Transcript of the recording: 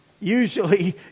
Usually